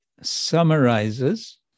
summarizes